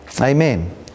Amen